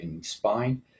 spine